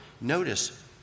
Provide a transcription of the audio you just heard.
Notice